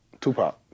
Tupac